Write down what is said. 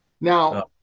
Now